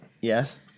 Yes